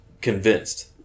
convinced